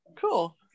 Cool